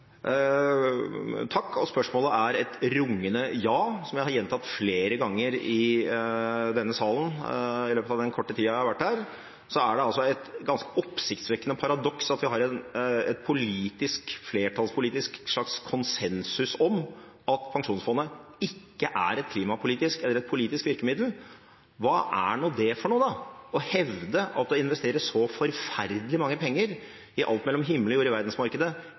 er et rungende ja! Som jeg har gjentatt flere ganger i denne salen i løpet av den korte tida jeg har vært her, er det et ganske oppsiktsvekkende paradoks at vi har en slags flertallspolitisk konsensus om at Pensjonsfondet ikke er et klimapolitisk eller et politisk virkemiddel. Hva er nå det for noe da – å hevde at å investere så forferdelig mange penger i alt mellom himmel og jord i verdensmarkedet